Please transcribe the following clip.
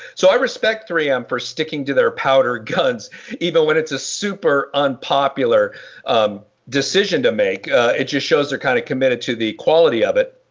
so i respect three m for sticking to their powder guns even when it's a super unpopular decision to make it just shows they're kind of committed to the quality of it.